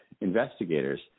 investigators